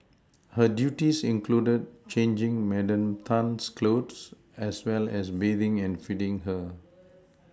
her duties included changing Madam Tan's clothes as well as bathing and feeding her